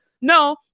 No